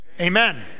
Amen